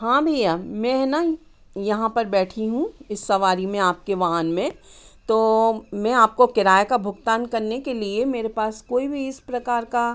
हाँ भैया मैं है ना यहाँ पर बैठी हूँ इस सवारी में आपके वाहन में तो मैं आपको किराए का भुगतान करने के लिए मेरे पास कोई भी इस प्रकार का